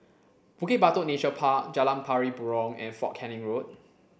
Bukit Batok Nature Park Jalan Pari Burong and Fort Canning Road